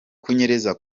kunyereza